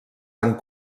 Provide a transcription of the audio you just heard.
han